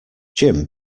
jim